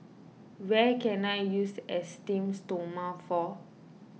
where can I use Esteem Stoma for